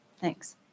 Thanks